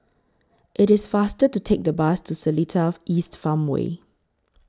IT IS faster to Take The Bus to Seletar East Farmway